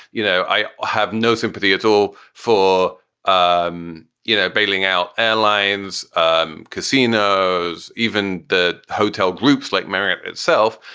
you know, i have no sympathy at all for um you know bailing out airlines, um casinos, even the hotel groups like marriott itself.